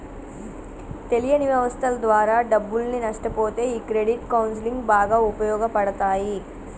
తెలియని వ్యవస్థల ద్వారా డబ్బుల్ని నష్టపొతే ఈ క్రెడిట్ కౌన్సిలింగ్ బాగా ఉపయోగపడతాయి